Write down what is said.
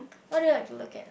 what do you like to look at